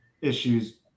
issues